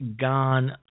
gone